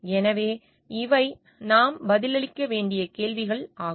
எனவே இவை நாம் பதிலளிக்க வேண்டிய கேள்விகள் ஆகும்